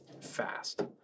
fast